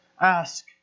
Ask